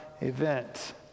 event